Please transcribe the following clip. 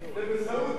זה בסעודיה.